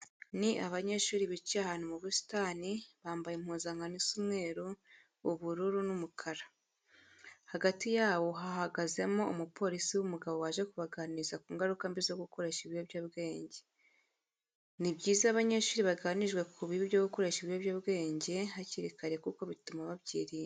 Ni abanyeshuri bicaye ahantu mu busitani, bambaye impuzankano isa umweru, ubururu n'umukara. Hagati yabo hahagazemo umupolisi w'umugabo waje kubaganiriza ku ngaruka mbi zo gukoresha ibiyobyabwenge. Ni byiza iyo abanyeshuri baganirijwe ku bibi byo gukoresha ibiyobyabwenge hakiri kare kuko bituma babyirinda.